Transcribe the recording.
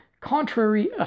contrary